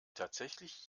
tatsächlich